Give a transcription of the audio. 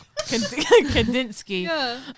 Kandinsky